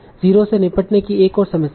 zero से निपटने की एक और समस्या है